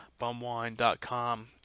bumwine.com